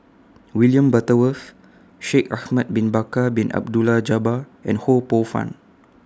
William Butterworth Shaikh Ahmad Bin Bakar Bin Abdullah Jabbar and Ho Poh Fun